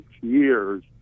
years